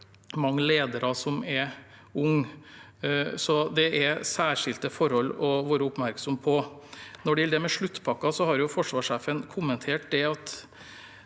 mange ledere som er unge, så det er særskilte forhold å være oppmerksom på. Når det gjelder det med sluttpakker, har forsvarssjefen kommentert at